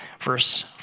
verse